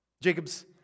Jacob's